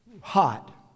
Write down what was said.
hot